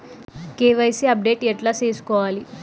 KYC update ఎట్లా సేసుకోవాలి?